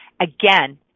Again